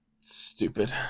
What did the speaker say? Stupid